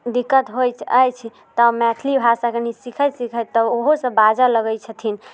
दिक्कत होइत अछि तऽ मैथिली भाषा कनी सीखैत सीखैत तब ओहोसब बाजऽ लगै छथिन